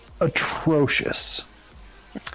atrocious